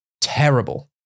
terrible